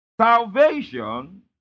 Salvation